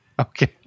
Okay